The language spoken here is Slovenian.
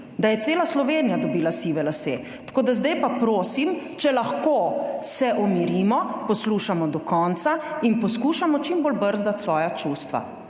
da je cela Slovenija dobila sive lase. Tako da zdaj prosim, če se lahko umirimo, poslušamo do konca in poskušamo čim bolj brzdati svoja čustva.